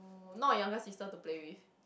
not youngest sister to play with